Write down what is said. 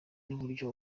n’uburyo